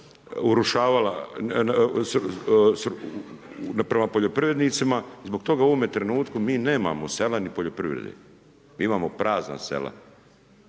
urušavala, prema poljoprivrednicima, zbog toga u ovome trenutku mi nemamo sela ni poljoprivrede, mi imamo prazna sela.